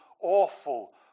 awful